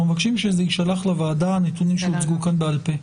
אנחנו מבקשים שיישלח לוועדה בכתב הנתונים שהוצגו כאן בעל פה.